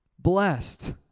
blessed